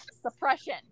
suppression